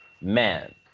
man